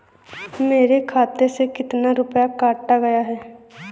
मेरे खाते से कितना रुपया काटा गया है?